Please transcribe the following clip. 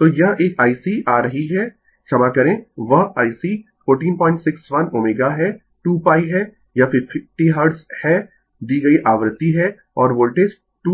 तो यह एक IC आ रही है क्षमा करें वह I C 1461ω है 2पाई है यह 50 हर्ट्ज है दी गयी आवृत्ति है और वोल्टेज 231 है